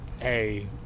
Hey